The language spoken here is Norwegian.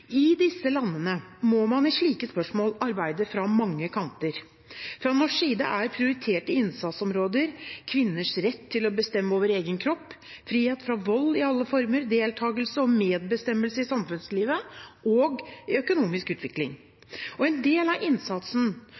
I disse landene må man i slike spørsmål arbeide fra mange kanter. Fra norsk side er prioriterte innsatsområder kvinners rett til å bestemme over egen kropp, frihet fra vold i alle former, deltagelse og medbestemmelse i samfunnslivet og økonomisk utvikling. En del av innsatsen